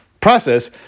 process